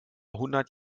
hundert